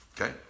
okay